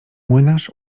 młynarz